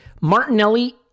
Martinelli